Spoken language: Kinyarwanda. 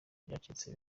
byacitse